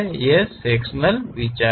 ये सेक्शनल विचार हैं